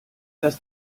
das